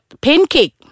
pancake